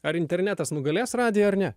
ar internetas nugalės radiją ar ne